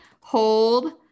hold